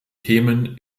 themen